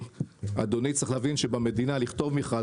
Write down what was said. אדוני צריך להבין שבמדינה לכתוב מכרז,